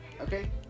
okay